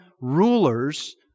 rulers